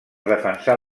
defensar